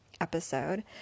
episode